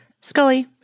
Scully